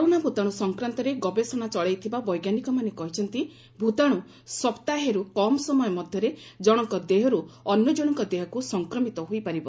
corona ଭୂତାଣୁ ସଂକ୍ରାନ୍ତରେ ଗବେଷଣା ଚଳାଇଥିବା ବୈଜ୍ଞାନିକମାନେ କହିଛନ୍ତି ଭୂତାଣୁ ସପ୍ତାହେରୁ କମ୍ ସମୟ ମଧ୍ୟରେ ଜଣଙ୍କ ଦେହରୁ ଅନ୍ୟଜଣଙ୍କ ଦେହକୁ ସଂକ୍ରମିତ ହୋଇପାରିବ